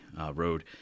Road